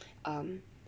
um